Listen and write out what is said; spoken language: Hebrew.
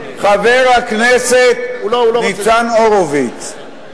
חבר הכנסת ניצן הורוביץ,